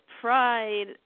pride